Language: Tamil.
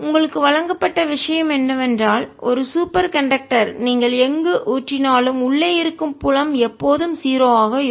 உங்களுக்கு வழங்கப்பட்ட விஷயம் என்னவென்றால் ஒரு சூப்பர் கண்டக்டர் நீங்கள் எங்கு ஊற்றினாலும் உள்ளே இருக்கும் புலம் எப்போதும் 0 ஆக இருக்கும்